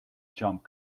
jump